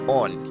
on